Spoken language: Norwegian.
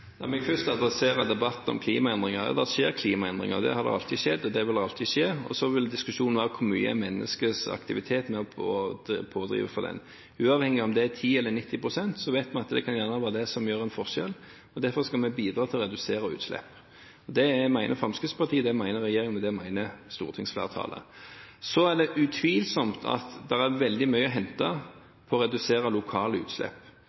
klimaendringer: Ja, det skjer klimaendringer, det har alltid skjedd, og det vil alltid skje. Og så vil diskusjonen være hvor mye menneskets aktivitet er pådriver for det. Uavhengig av om det er 10 eller 90 pst., vet vi at det gjerne kan være det som gjør en forskjell. Derfor skal vi bidra til å redusere utslipp. Det mener Fremskrittspartiet, det mener regjeringen, og det mener stortingsflertallet. Så er det utvilsomt at det er veldig mye å hente på å redusere lokale utslipp.